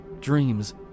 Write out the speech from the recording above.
dreams